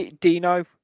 Dino